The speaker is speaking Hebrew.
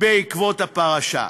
בעקבות הפרשה.